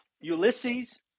Ulysses